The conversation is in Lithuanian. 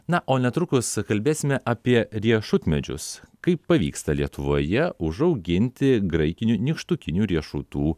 na o netrukus kalbėsime apie riešutmedžius kaip pavyksta lietuvoje užauginti graikinių nykštukinių riešutų